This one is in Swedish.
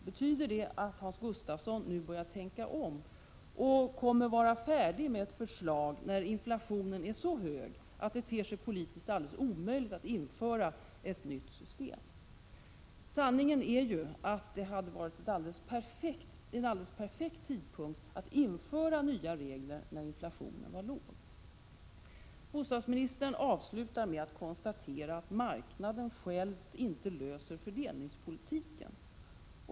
Betyder det att Hans Gustafsson nu börjar tänka om och kommer att vara färdig med ett förslag, när inflationen är så hög att det ter sig politiskt alldeles omöjligt att införa ett nytt system? Sanningen är ju att det hade varit en alldeles perfekt tid att införa nya regler när inflationen var låg. Bostadsministern avslutar med att konstatera att marknaden själv inte löser fördelningspolitiken.